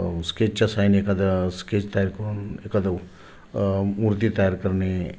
स्केचच्या साह्याने एखादं स्केच तयार करून एखादं मूर्ती तयार करणे